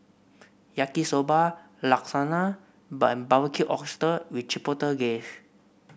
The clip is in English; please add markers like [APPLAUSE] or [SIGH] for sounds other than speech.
Yaki Soba Lasagna [UNINTELLIGIBLE] Barbecued Oysters with Chipotle [UNINTELLIGIBLE]